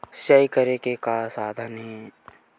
सिंचाई करे के का साधन हे?